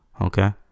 okay